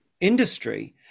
industry